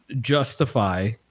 justify